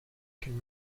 can